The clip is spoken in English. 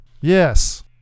Yes